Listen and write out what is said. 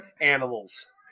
animals